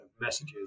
messages